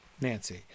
Nancy